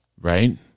Right